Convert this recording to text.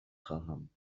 خواهم